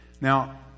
Now